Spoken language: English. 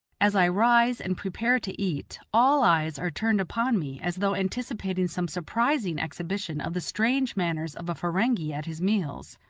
as i rise and prepare to eat, all eyes are turned upon me as though anticipating some surprising exhibition of the strange manners of a ferenghi at his meals.